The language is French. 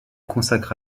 consacre